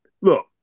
look